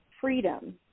freedom